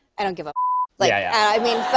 i don't give a like i mean,